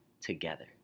together